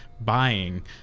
buying